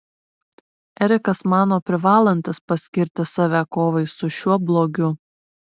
erikas mano privalantis paskirti save kovai su šiuo blogiu